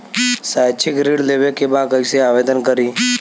शैक्षिक ऋण लेवे के बा कईसे आवेदन करी?